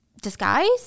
disguise